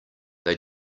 they